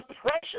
precious